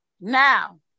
now